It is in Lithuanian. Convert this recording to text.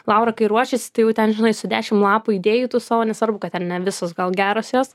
laura kai ruošiasi tai ten žinai su dešim lapų idėjų tų savo nesvarbu kad ar ne visos gal geros jos